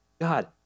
God